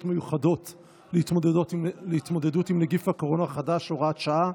מיוחדות להתמודדות עם נגיף הקורונה החדש (הוראת שעה)